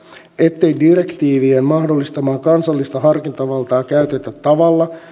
ettei direktiivien mahdollistamaa kansallista harkintavaltaa käytetä tavalla